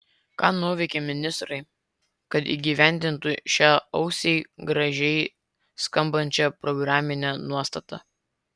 ką nuveikė ministrai kad įgyvendintų šią ausiai gražiai skambančią programinę nuostatą